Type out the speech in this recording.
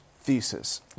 thesis